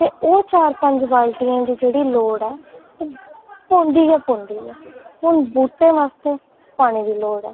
ते ओह् चार पंज बाल्टियें दी जेह्ड़ी लोड़ ऐ ओह् पौंदी गै पौंदी ऐहून बूह्टें आस्तै पानी दी लोड़ ऐ